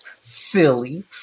Silly